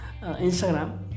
Instagram